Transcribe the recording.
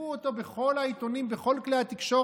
טפטפו אותו בכל העיתונים, בכל כלי התקשורת: